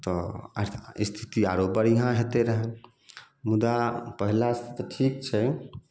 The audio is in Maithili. तऽ आर स्थिति आरो बढ़िआँ होयतै रऽ मुदा पहिले से तऽ ठीक छै